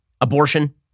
abortion